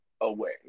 away